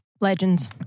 Legends